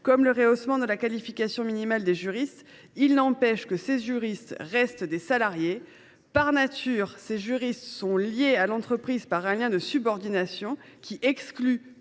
comme le rehaussement de la qualification minimale des juristes ; il n’empêche que ceux ci restent des salariés. Par nature, ils sont attachés à leur entreprise par un lien de subordination qui exclut